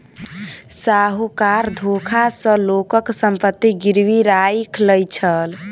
साहूकार धोखा सॅ लोकक संपत्ति गिरवी राइख लय छल